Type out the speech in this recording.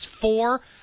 four